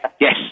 Yes